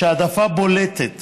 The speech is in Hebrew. יש העדפה בולטת